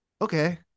Okay